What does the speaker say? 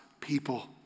people